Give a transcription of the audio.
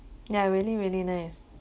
ya really really nice